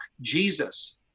Jesus